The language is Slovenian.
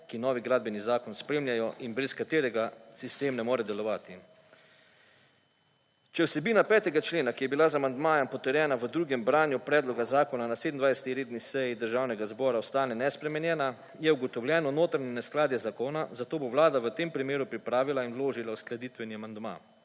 ki novi gradbeni zakon spremljajo in brez katerega sistem ne more delovati. Če vsebina 5. člena, ki je bila z amandmajem potrjena v drugem branju predloga zakona na 27. redni seji Državnega zbora ostane nespremenjena, je ugotovljeno notranje neskladje zakona, zato bo Vlada v tem primeru pripravila in vložila uskladitveni amandma.